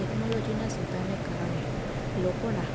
ટેક્નોલોજીના સુધારને કારણે લોકોના